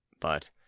But